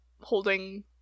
holding